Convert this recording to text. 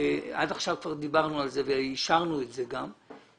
עד עכשיו דיברנו וגם אישרנו בו